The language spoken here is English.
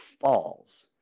falls